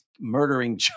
murdering